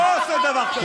לא היה עושה דבר כזה.